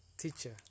teacher